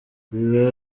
biba